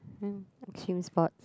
uh change sport